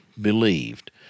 believed